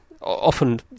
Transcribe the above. Often